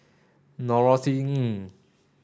Norothy Ng